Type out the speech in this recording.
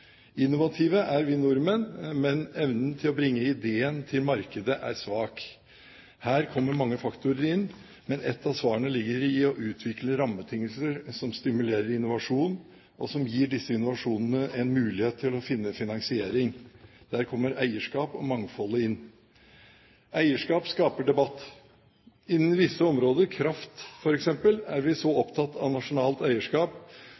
Innovative er vi nordmenn, men evnen til å bringe ideen til markedet er svak. Her kommer mange faktorer inn, men et av svarene ligger i å utvikle rammebetingelser som stimulerer innovasjon og som gir disse innovasjonene en mulighet til å finne finansiering. Der kommer eierskap og mangfoldet inn. Eierskap skaper debatt. Innen visse områder, kraft f.eks., er vi så opptatt av nasjonalt eierskap